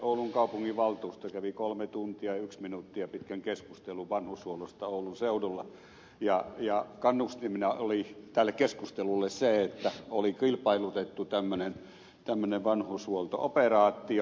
oulun kaupunginvaltuusto kävi kolme tuntia yksi minuuttia pitkän keskustelun vanhushuollosta oulun seudulla ja kannustimena oli tälle keskustelulle se että oli kilpailutettu tämmöinen vanhushuolto operaatio